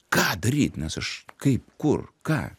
ką daryt nes aš kaip kur ką